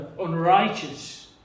unrighteous